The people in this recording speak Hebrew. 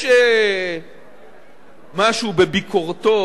יש משהו בביקורתו